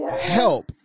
help